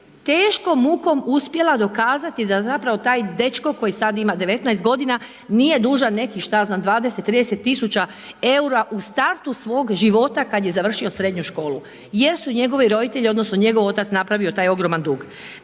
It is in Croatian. teško mukom uspjela dokazati da zapravo taj dečko koji sada ima 19 godina nije dužan nekih što ja znam 20, 30 tisuća eura u startu svog života kada je završio srednju školu. Jesu njegovi roditelji odnosno njegov otac napravio taj ogroman dug.